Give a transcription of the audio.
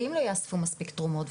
ואם לא יאספו מספיק תרומות?